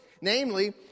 Namely